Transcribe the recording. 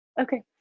Okay